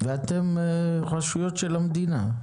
ואתם רשויות של המדינה,